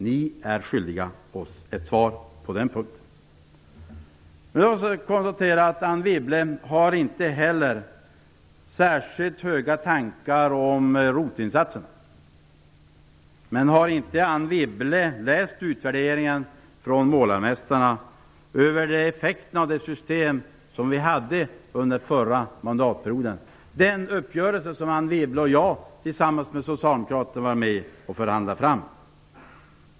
Ni är skyldiga oss ett svar på den frågan. Jag konstaterar också att Anne Wibble inte har särskilt höga tankar om ROT-insatserna. Har inte Anne Wibble läst Målaremästarnas utvärdering gällande effekterna av det system vi hade under förra mandatperioden, dvs. den uppgörelse som Anne Wibble och jag tillsammans med Socialdemokraterna förhandlade fram?